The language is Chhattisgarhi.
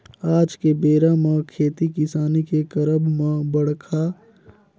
आज के बेरा म खेती किसानी के करब म बड़का किसान मन ह टेक्टर लेके फायनेंस करा करा के टेक्टर बिसा के खेती करत अहे बरोबर